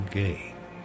game